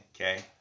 Okay